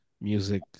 music